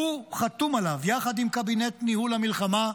שהוא חתום עליו, יחד עם קבינט ניהול המלחמה,